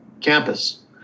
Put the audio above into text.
campus